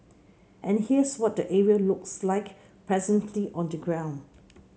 and here's what the area looks like presently on the ground